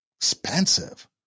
expensive